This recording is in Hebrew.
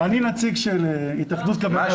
אני נציג של התאחדות קבלני הפיגומים.